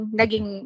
naging